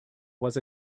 was